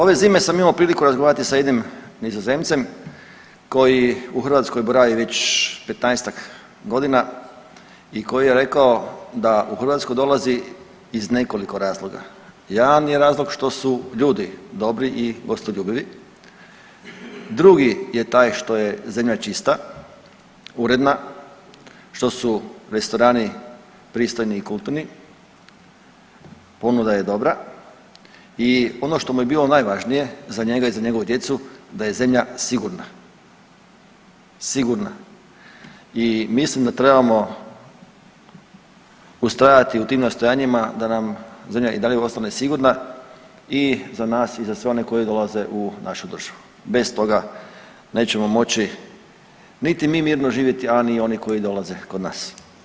Ove zime sam imao prilike razgovarati sa jednim Nizozemcem koji u Hrvatskoj boravi već 15-tak godina i koji je rekao da u Hrvatsku dolazi iz nekoliko razloga, jedan je razlog što su ljudi dobri i gostoljubivi, drugi je taj što je zemlja čista i uredna, što su restorani pristojni i kulturni, ponuda je dobra i ono što mu je bilo najvažnije za njega i njegovu djecu da je zemlja sigurna, sigurna i mislim da trebamo ustrajati u tim nastojanjima da nam zemlja i dalje ostane sigurna i za nas i za sve one koji dolaze u našu državu, bez toga nećemo moći niti mi mirno živjeti, a ni oni koji dolaze kod nas.